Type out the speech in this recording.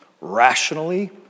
Rationally